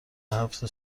هفت